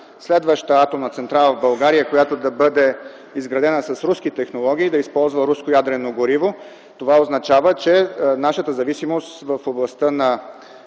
следваща атомна централа в България, която да бъде изградена с руски технологии, да използва руско ядрено гориво, това означава, че нашата зависимост в областта на